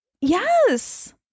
Yes